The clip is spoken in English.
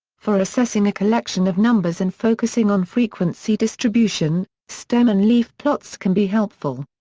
for assessing a collection of numbers and focusing on frequency distribution, stem-and-leaf plots can be helpful.